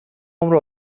عمر